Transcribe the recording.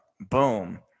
boom